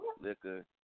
liquor